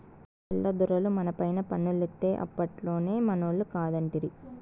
తెల్ల దొరలు మనపైన పన్నులేత్తే అప్పట్లోనే మనోళ్లు కాదంటిరి